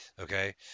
okay